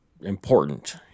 important